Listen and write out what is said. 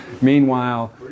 Meanwhile